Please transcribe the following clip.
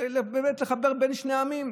באמת לחבר בין שני עמים.